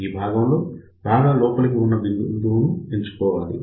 ఈ భాగం లో బాగా లోపలికి ఉన్న బిందువును ఎంచుకోవాలి